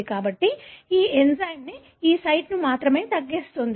కాబట్టి ఈ ఎంజైమ్ ఈ సైట్ను మాత్రమే తగ్గిస్తుంది